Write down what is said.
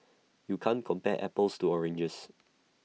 you can't compare apples to oranges